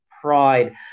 pride